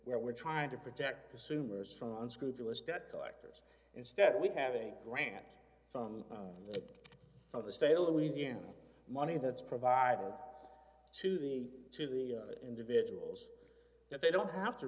where we're trying to protect the sooners from unscrupulous debt collectors instead we have a grant from from the state of louisiana money that's provided to the to the individuals that they don't have to